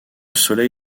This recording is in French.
soleil